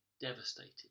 devastated